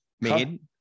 made